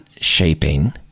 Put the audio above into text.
shaping